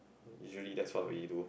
usually that's what we do